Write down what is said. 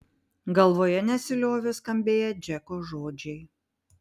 galvoje nesiliovė skambėję džeko žodžiai